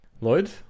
lloyd